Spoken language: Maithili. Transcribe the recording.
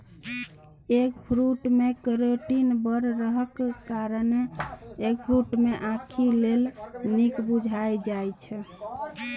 एगफ्रुट मे केरोटीन बड़ रहलाक कारणेँ एगफ्रुट केँ आंखि लेल नीक बुझल जाइ छै